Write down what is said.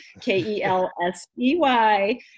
K-E-L-S-E-Y